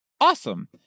Awesome